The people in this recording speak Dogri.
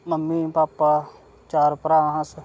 मम्मी पापा चार भ्राऽ आं अस